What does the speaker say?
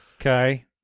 Okay